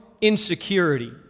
insecurity